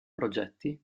progetti